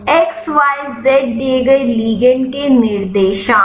xyz दिए गए ligand के निर्देशांक